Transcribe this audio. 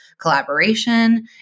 collaboration